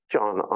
John